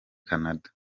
canada